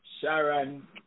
Sharon